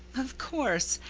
of course.